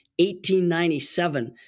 1897